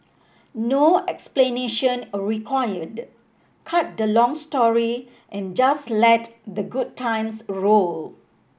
no explanation required cut the long story and just let the good times roll